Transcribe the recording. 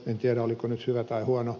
en tiedä oliko nyt hyvä tai huono